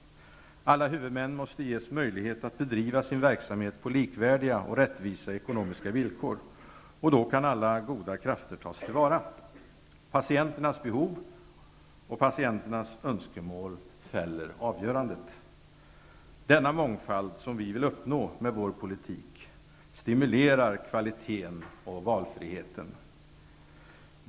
Alla huvudmän måste ges möjlighet att bedriva sin verksamhet på likvärdiga och rättvisa ekonomiska villkor. Då kan alla goda krafter tas till vara. Patienternas behov och önskemål fäller avgörandet. Denna mångfald, som vi vill uppnå med vår politik, stimulerar kvaliteten och valfriheten.